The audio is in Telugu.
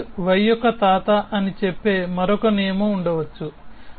xy యొక్క తాత అని చెప్పే మరొక నియమం ఉండవచ్చు